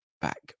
back